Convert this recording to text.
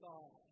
God